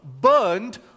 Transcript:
burned